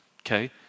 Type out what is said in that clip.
okay